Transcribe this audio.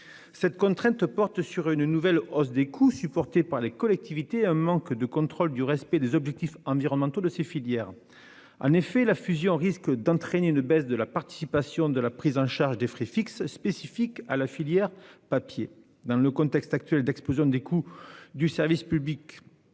Cette crainte porte sur une nouvelle hausse des coûts supportés par les collectivités et sur un manque de contrôle du respect des objectifs environnementaux de ces filières. En effet, la fusion risque d'entraîner une baisse de la participation à la prise en charge des frais fixes spécifiques à la filière papier. Dans le contexte actuel d'explosion des coûts du service public